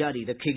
जारी रखेगी